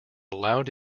allowed